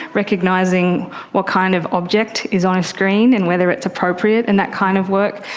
recognising what kind of object is on a screen and whether it's appropriate in that kind of work.